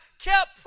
kept